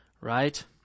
Right